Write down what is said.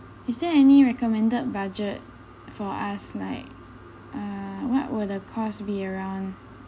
is there any recommended budget for us like uh what were the cost be around